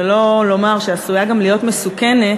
שלא לומר שעשויה גם להיות מסוכנת,